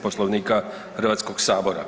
Poslovnika HS.